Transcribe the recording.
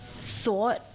thought